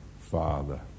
father